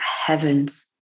heavens